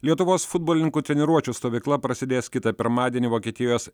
lietuvos futbolininkų treniruočių stovykla prasidės kitą pirmadienį vokietijos